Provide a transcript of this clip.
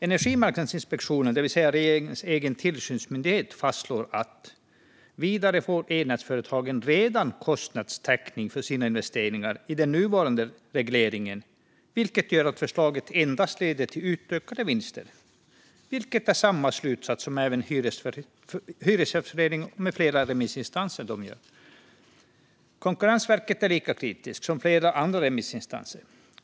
Energimarknadsinspektionen, det vill säga regeringens egen tillsynsmyndighet, fastslår att elnätsföretagen redan får kostnadstäckning för sina investeringar i den nuvarande regleringen, vilket gör att förslaget endast leder till utökade vinster. Samma slutsats drar Hyresgästföreningen med flera remissinstanser. Konkurrensverket är lika kritiskt som flera andra remissinstanser.